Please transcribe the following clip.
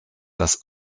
das